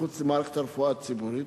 מחוץ למערכת הרפואה הציבורית,